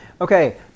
Okay